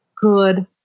good